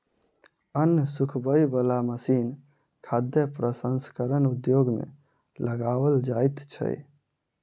अन्न सुखबय बला मशीन खाद्य प्रसंस्करण उद्योग मे लगाओल जाइत छै